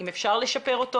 אם אפשר לשפר אותו?